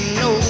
no